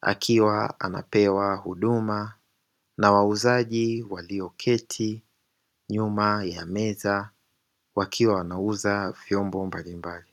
akiwa anapewa huduma na wauzaji walioketi nyuma ya meza wakiwa wanauza vyombo mbalimbali.